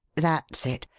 that's it.